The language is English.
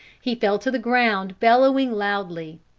he fell to the ground bellowing loudly.